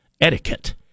etiquette